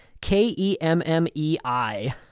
k-e-m-m-e-i